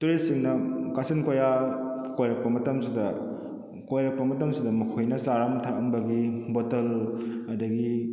tourist ꯁꯤꯡꯅ ꯀꯥꯆꯤꯟ ꯀꯣꯏꯌꯥ ꯀꯣꯏꯔꯛꯄ ꯃꯇꯝꯁꯤꯗ ꯀꯣꯏꯔꯛꯄ ꯃꯇꯝꯁꯤꯗ ꯃꯈꯣꯏꯅ ꯆꯥꯔꯝ ꯊꯛꯂꯝꯕꯒꯤ ꯕꯣꯇꯜ ꯑꯗꯒꯤ